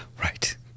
right